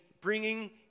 bringing